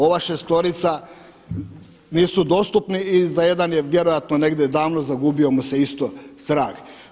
Ova šestorica nisu dostupni i za jedan je vjerojatno negdje davno zagubio mu se isto trag.